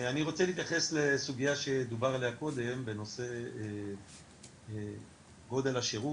אני רוצה להתייחס לסוגייה שדובר עליה קודם בנושא גודל השירות,